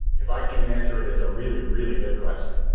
if i can't answer it, it's a really, really good question!